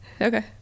Okay